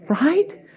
Right